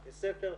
בתי ספר,